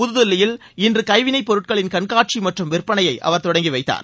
புதுதில்லியில் இன்று கைவினைப்பொருட்களின் கண்காட்சி மற்றும் விற்பனையை அவர் தொடங்கிவைத்தார்